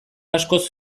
askoz